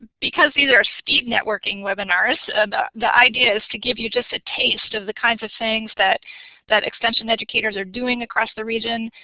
because these are speed networking webinars and the idea is to give you just a taste of the kinds of things that that extension educators are doing across the region.